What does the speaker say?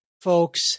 folks